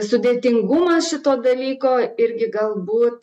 sudėtingumas šito dalyko irgi galbūt